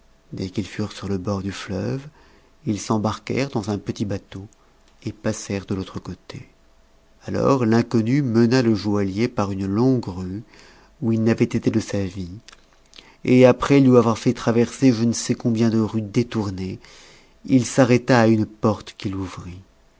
dès qu'ils furent sur le bord du fleuve ils s'embarquèrent dans un petit bateau et passèrent de l'autre côté alors l'inconnu mena le joaillier par une longue rue où il n'avait été de sa vie et après lui avoir fait traverser je ne sais combien de rues détournées il s'arrêta à une porte qu'il ouvrit